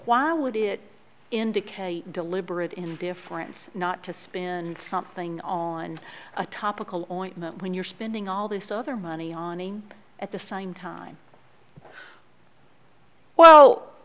why would it indicate a deliberate indifference not to spin something on a topical when you're spending all this other money on at the same time well